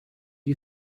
you